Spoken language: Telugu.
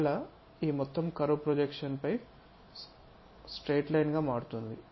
మరలా ఈ మొత్తం కర్వ్ ప్రొజెక్షన్ పై స్ట్రెయిట్ లైన్ గా మారుతుంది